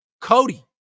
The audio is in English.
Cody